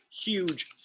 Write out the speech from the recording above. huge